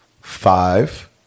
five